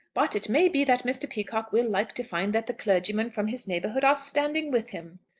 but it may be that mr. peacocke will like to find that the clergymen from his neighbourhood are standing with him.